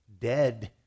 dead